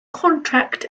contract